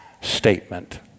statement